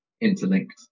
interlinked